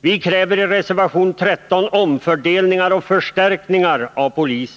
Vi kräver i reservation 13 omfördel ningar och förstärkningar av polisens resurser.